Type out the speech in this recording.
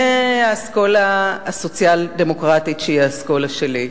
מהאסכולה הסוציאל-דמוקרטית, שהיא האסכולה שלי,